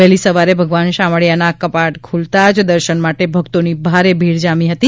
વહેલી સવારે ભગવાન શામળીયાના કપાટ ખુલતા જ દર્શન માટે ભક્તોની ભારે ભીડ જામી હતી